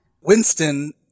Winston